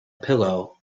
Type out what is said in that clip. pillow